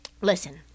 Listen